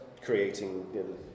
creating